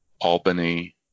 Albany